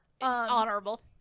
Honorable